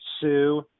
Sue